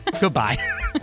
Goodbye